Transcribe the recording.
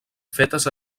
fetes